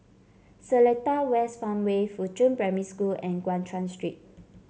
Seletar West Farmway Fuchun Primary School and Guan Chuan Street